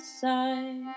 side